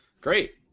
Great